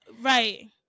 Right